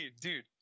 dude